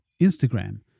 Instagram